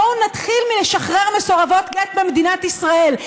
בואו נתחיל מלשחרר מסורבות גט במדינת ישראל.